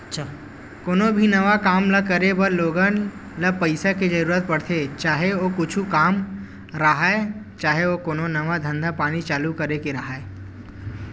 कोनो भी नवा काम ल करे बर लोगन ल पइसा के जरुरत पड़थे, चाहे ओ कुछु काम राहय, चाहे ओ कोनो नवा धंधा पानी चालू करे के राहय